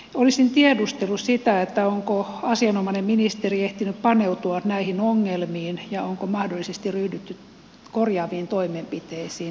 olisin tiedustellut sitä onko asianomainen ministeri ehtinyt paneutua näihin ongelmiin ja onko mahdollisesti ryhdytty korjaaviin toimenpiteisiin näiltä osin